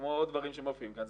כמו שדברים שמופיעים כאן,